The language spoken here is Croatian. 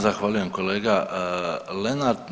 Zahvaljujem kolega Lenart.